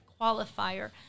qualifier